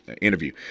interview